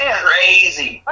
crazy